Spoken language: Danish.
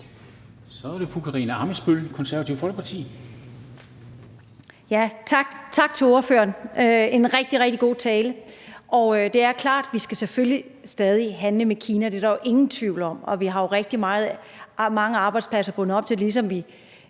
Tak til ordføreren for en rigtig, rigtig god tale. Det er klart, at vi selvfølgelig stadig skal handle med Kina; det er der jo ingen tvivl om. Vi har jo rigtig mange arbejdspladser bundet op på det. Vi